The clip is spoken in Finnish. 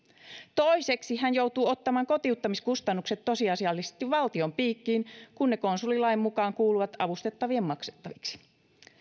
toiseksi hän joutuu ottamaan kotiuttamiskustannukset tosiasiallisesti valtion piikkiin kun ne konsulilain mukaan kuuluvat avustettavien maksettaviksi